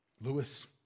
Lewis